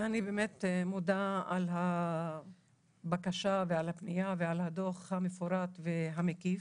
אני מודה על הבקשה ועל הפנייה ועל הדוח המפורט והמקיף.